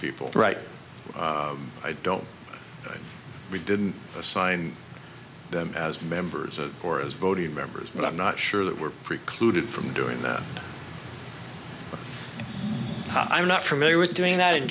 people right i don't we didn't assign them as members of or as voting members but i'm not sure that we're precluded from doing that i'm not familiar with doing that and